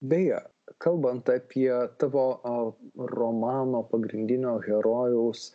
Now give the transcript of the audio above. beje kalbant apie tavo romano pagrindinio herojaus